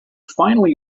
finally